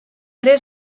ere